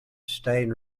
stain